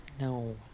No